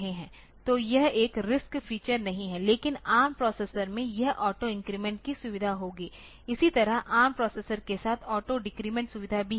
तो यह एक RISC फीचर नहीं है लेकिन ARM प्रोसेसर में यह ऑटो इन्क्रीमेंट की सुविधा होगी इसी तरह ARM प्रोसेसर के साथ ऑटो डिक्रीमेंट सुविधा भी है